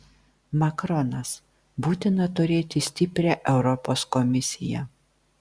makronas būtina turėti stiprią europos komisiją